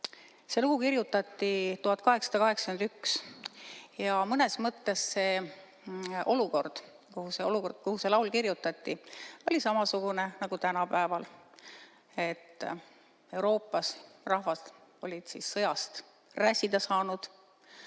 See lugu kirjutati 1881. Mõnes mõttes oli olukord, kui see laul kirjutati, samasugune nagu tänapäeval: Euroopas oli rahvas sõjast räsida saanud,